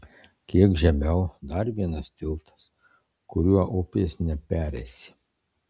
kiek žemiau dar vienas tiltas kuriuo upės nepereisi